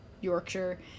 Yorkshire